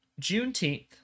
juneteenth